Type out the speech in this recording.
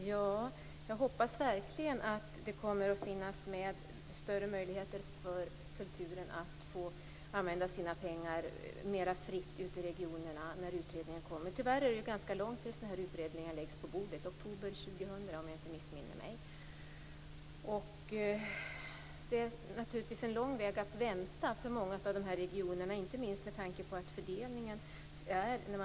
Fru talman! Jag hoppas verkligen att det kommer att finnas med större möjligheter för kulturen att få använda sina pengar mera fritt ute i regionerna när utredningen kommer. Tyvärr dröjer det ganska länge tills den här utredningen läggs på bordet - till i oktober år 2000, om jag inte missminner mig. Det är naturligtvis en lång väntetid för många av de här regionerna, inte minst med tanke på fördelningen.